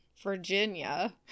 Virginia